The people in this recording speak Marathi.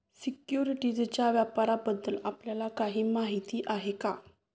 सिक्युरिटीजच्या व्यापाराबद्दल आपल्याला काही माहिती आहे का?